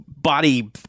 body